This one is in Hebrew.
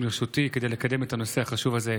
לרשותי כדי לקדם את הנושא החשוב הזה.